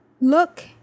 look